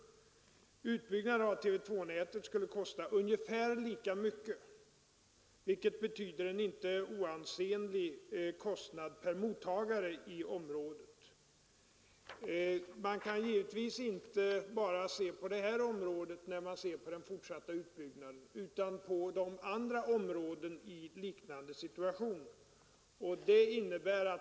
Utbyggnaden av TV 2-nätet skulle kosta ungefär lika mycket, vilket betyder en inte oansenlig kostnad per mottagare i området. Man kan givetvis inte bara se på det här området när man bedömer den fortsatta utbyggnaden utan man måste ta med även andra områden i liknande situation.